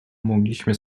mogliśmy